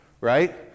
right